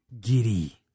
Giddy